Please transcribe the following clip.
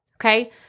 okay